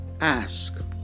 ask